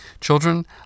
Children